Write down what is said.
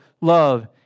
love